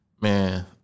Man